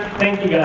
thank you,